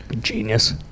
Genius